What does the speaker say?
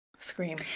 Scream